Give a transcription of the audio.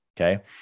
Okay